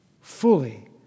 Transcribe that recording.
fully